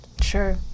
Sure